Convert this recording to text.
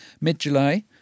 mid-July